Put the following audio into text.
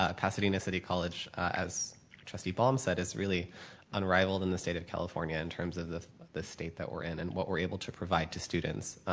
ah pasadena city college as trustee baum said is really unrivaled in the state of california in terms of the the state that we're in and what we're able to provide to students.